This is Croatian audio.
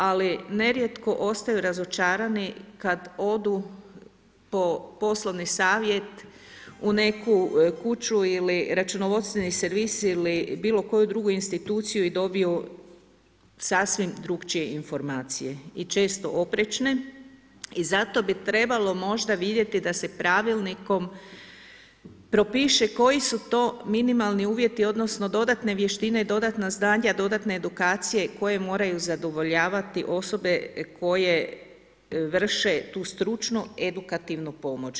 Ali, nerijetko ostaju razočarani, kad odu po poslovni savjet u neku kuću ili računovodstveni servis ili bilo koju drugu instituciju i dobiju sasvim drugačije informacije i često oprečne i zato bi trebalo možda vidjeti da se pravilnikom propiše koji su to minimalni uvjeti, odnosno, dodatne vještine, dodatna znanja, dodatne edukacije, koje moraju zadovoljavati osobe koje vrše tu stručnu edukativnu pomoć.